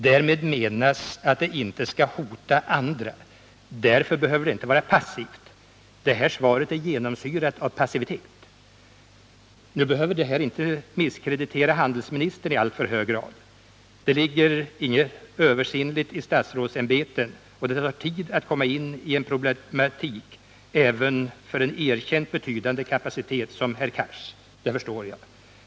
Därmed menas att det inte skall hota andra. Därför behöver det inte vara passivt. Det här svaret är genomsyrat av passivitet. Nu behöver inte detta misskreditera handelsministern i alltför hög grad. Det ligger inget översinnligt i statsrådsämbeten, och det tar tid att sätta sig in i en ny problematik även för en erkänt betydande kapacitet som herr Cars — det förstår jag.